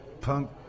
punk